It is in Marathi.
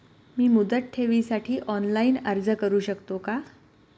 मी मुदत ठेवीसाठी ऑनलाइन अर्ज करू शकतो का?